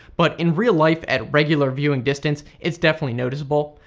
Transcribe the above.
but in real life at regular viewing distance it's definitely noticeable.